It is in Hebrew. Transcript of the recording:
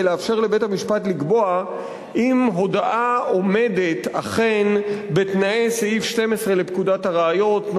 לאפשר לבית-המשפט לקבוע אם הודאה עומדת אכן בתנאי סעיף 12 לפקודת הראיות ,